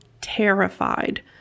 terrified